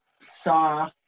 saw